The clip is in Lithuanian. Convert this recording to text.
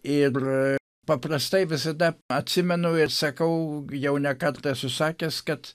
ir paprastai visada atsimenu ir sakau jau ne kartą esu sakęs kad